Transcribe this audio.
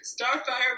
Starfire